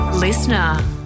Listener